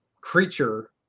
creature